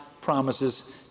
promises